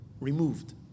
removed